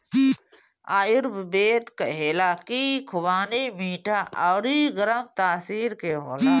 आयुर्वेद कहेला की खुबानी मीठा अउरी गरम तासीर के होला